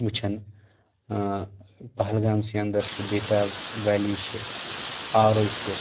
وٕچھن پہلگام سٕے انٛدر چھُ بے تاب ویلی چھِ آروٗ چھُ